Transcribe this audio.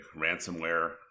ransomware